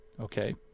Okay